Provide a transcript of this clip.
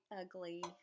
ugly